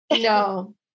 No